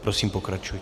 Prosím, pokračujte.